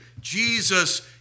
Jesus